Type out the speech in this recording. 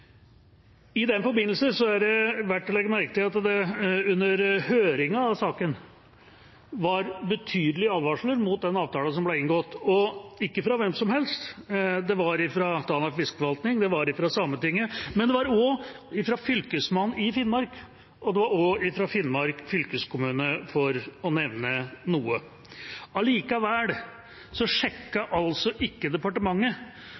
I den forbindelse er det verdt å legge merke til at det under høringen i saken var betydelige advarsler mot den avtalen som ble inngått, og ikke fra hvem som helst. Det var fra Tanavassdragets fiskeforvaltning og fra Sametinget, men det var også fra Fylkesmannen i Finnmark og fra Finnmark fylkeskommune, for å nevne noen. Allikevel sjekket ikke departementet